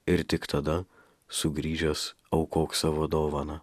ir tik tada sugrįžęs aukok savo dovaną